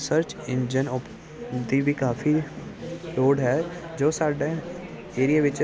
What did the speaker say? search engine ਓਪ ਦੀ ਵੀ ਕਾਫੀ ਲੋੜ ਹੈ ਜੋ ਸਾਡਾ ਏਰੀਆ ਵਿੱਚ